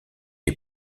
est